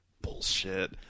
Bullshit